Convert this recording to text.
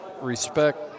respect